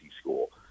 school